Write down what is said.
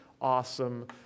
awesome